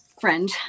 friend